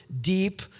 deep